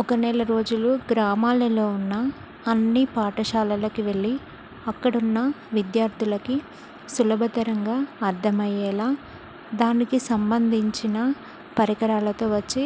ఒక నెల రోజులు గ్రామాలలో ఉన్న అన్నీ పాఠశాలలకి వెళ్ళి అక్కడ ఉన్న విద్యార్థులకి సులభతరంగా అర్థమయ్యేలాగ దానికి సంబంధించిన పరికరాలతో వచ్చి